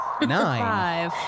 Nine